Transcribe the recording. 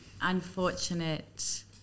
unfortunate